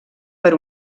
per